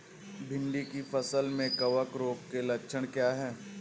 भिंडी की फसल में कवक रोग के लक्षण क्या है?